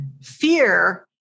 fear